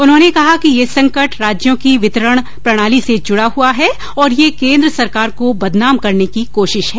उन्होंने कहा कि यह संकट राज्यों की वितरण प्रणाली से जुड़ा हुआ है और यह केन्द्र सरकार को बदनाम करने की कोशिश है